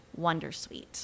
Wondersuite